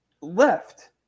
left